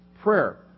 prayer